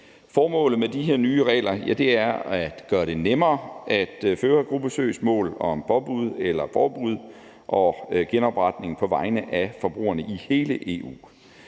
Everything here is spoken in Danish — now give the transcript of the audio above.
Formålet med de her nye regler er at gøre det nemmere at føre gruppesøgsmål om påbud eller forbud og genopretning på vegne af forbrugerne i hele EU.